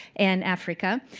and africa.